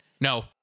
No